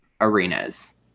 arenas